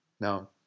Now